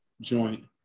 joint